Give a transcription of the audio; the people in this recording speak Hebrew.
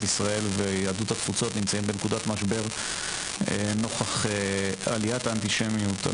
ישראל ויהדות התפוצות נמצאים בנקודת משבר נוכח עליית האנטישמיות.